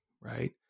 right